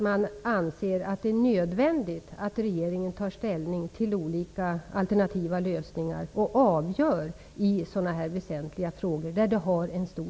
Man anser det nödvändigt att regeringen tar ställning till olika alternativa lösningar i sådana väsentliga frågor.